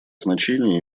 значение